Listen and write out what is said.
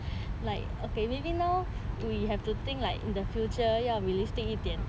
like okay maybe now we have to think like in the future 要 realistic 一点